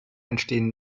entstehen